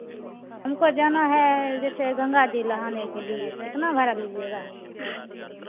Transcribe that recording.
हमको जाना है जैसे गंगा जी नहाने के लिए कितना भाड़ा लीजिएगा